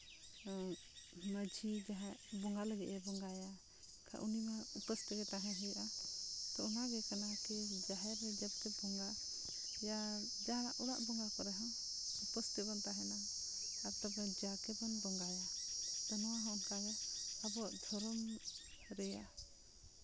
ᱢᱟᱹᱡᱷᱤ ᱡᱟᱦᱟᱸ ᱵᱚᱸᱜᱟ ᱞᱟᱹᱜᱤᱫᱼᱮ ᱵᱚᱸᱜᱟᱭᱟ ᱟᱨ ᱩᱱᱤ ᱢᱟ ᱩᱯᱟᱹᱥ ᱛᱮᱜᱮ ᱛᱟᱦᱮᱸ ᱦᱩᱭᱩᱜᱼᱟ ᱛᱳ ᱚᱱᱟᱜᱮ ᱠᱟᱱᱟ ᱠᱤ ᱡᱟᱦᱮᱨ ᱨᱮ ᱡᱚᱵᱽ ᱠᱤ ᱵᱚᱸᱜᱟᱭᱟ ᱡᱟᱦᱟᱱᱟᱜ ᱚᱲᱟᱜ ᱵᱚᱸᱜᱟ ᱠᱚᱨᱮᱦᱚᱸ ᱩᱯᱟᱹᱥ ᱛᱮᱵᱚᱱ ᱛᱟᱦᱮᱱᱟ ᱟᱨ ᱛᱚᱵᱮ ᱡᱟᱣ ᱜᱮᱵᱚᱱ ᱵᱚᱸᱜᱟᱭᱟ ᱟᱫᱚ ᱱᱚᱣᱟ ᱦᱚᱸ ᱚᱱᱠᱟᱜᱮ ᱟᱵᱚᱣᱟᱜ ᱫᱷᱚᱨᱚᱢ ᱨᱮᱭᱟᱜ